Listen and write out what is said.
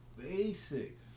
basic